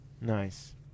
Nice